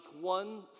one